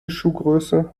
schuhgröße